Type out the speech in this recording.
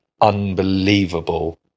unbelievable